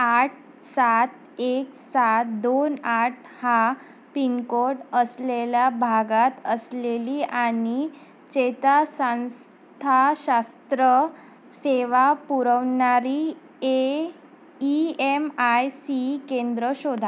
आठ सात एक सात दोन आठ हा पिनकोड असलेल्या भागात असलेली आणि चेतासंस्थाशास्त्र सेवा पुरवणारी A E M I C केंद्र शोधा